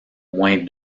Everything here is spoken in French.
moins